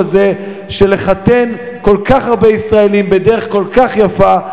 של לחתן כל כך הרבה ישראלים בדרך כל כך יפה,